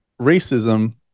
racism